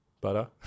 Butter